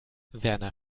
werner